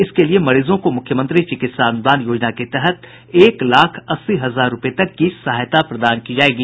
इसके लिये मरीजों को मुख्यमंत्री चिकित्सा अनुदान योजना के तहत एक लाख अस्सी हजार रूपये तक की सहायता प्रदान की जायेगी